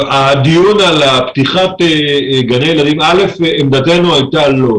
בדיון על פתיחת גני ילדים, עמדתנו הייתה לא.